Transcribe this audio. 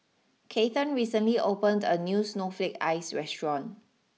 Kathern recently opened a new Snowflake Ice restaurant